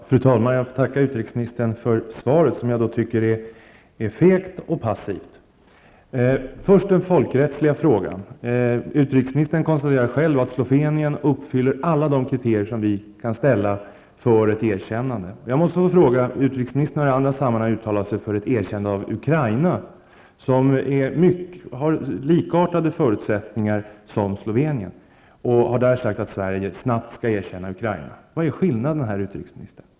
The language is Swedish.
Fru talman! Jag tackar utrikesministern för svaret, som jag tycker är fegt och passivt. Först har vi den folkrättsliga frågan. Utrikesministern konstaterar själv att Slovenien uppfyller alla de kriterier som vi kan ställa för ett erkännande. Utrikesministern har i andra sammanhang talat för ett snabbt erkännande av Ukraina, som har likartade förutsättningar som Slovenien. Vad är skillnaden, utrikesministern?